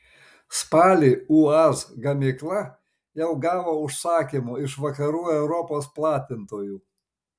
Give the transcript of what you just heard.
spalį uaz gamykla jau gavo užsakymų iš vakarų europos platintojų